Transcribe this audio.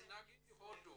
אז נגיד הודו.